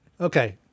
Okay